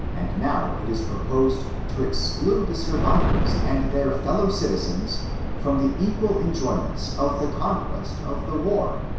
and now it is proposed to exclude the survivors and their fellow-citizenft from the equal enjoyments of the conquest of the war!